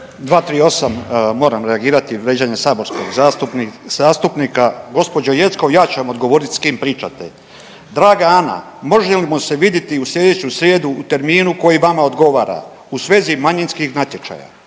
238. moram reagirati vrijeđanje saborskog zastupnika. Gospođo Jeckov ja ću vam odgovoriti s kim pričate. „Draga Ana možemo li se vidjeti u sljedeću srijedu u terminu koji vama odgovara u svezi manjinskih natječaja?“